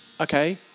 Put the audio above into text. okay